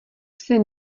psy